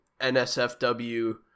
nsfw